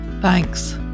Thanks